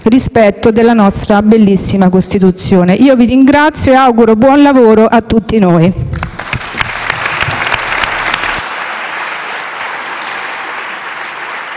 rispetto della nostra bellissima Costituzione. Vi ringrazio e auguro buon lavoro a tutti noi.